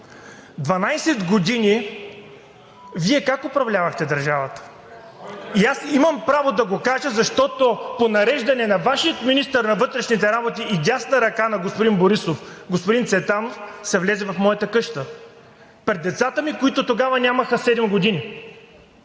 години Вие как управлявахте държавата? И аз имам право да го кажа, защото по нареждане на Вашия министър на вътрешните работи и дясна ръка на господин Борисов – господин Цветанов, се влезе в моята къща. Пред децата ми, които тогава нямаха 7 години!